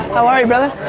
how are you brother?